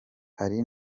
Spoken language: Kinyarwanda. hari